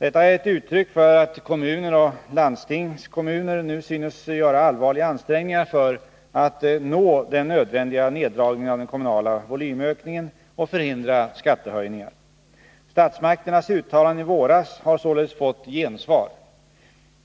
Detta är ett uttryck för att kommuner och landstingskommuner nu synes göra allvarliga ansträngningar för att nå den nödvändiga neddragningen av den kommunala volymökningen och förhindra skattehöjningar. Statsmakternas uttalanden i våras har således fått gensvar.